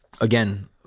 Again